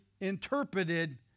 interpreted